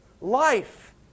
life